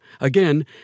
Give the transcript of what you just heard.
Again